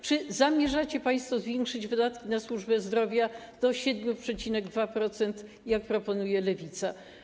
Czy zamierzacie państwo zwiększyć wydatki na służbę zdrowia do 7,2%, jak proponuje Lewica?